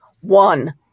one